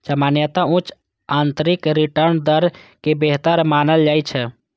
सामान्यतः उच्च आंतरिक रिटर्न दर कें बेहतर मानल जाइ छै